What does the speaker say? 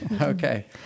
Okay